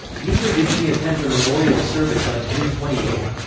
neither did she attend the memorial service on june twenty eight.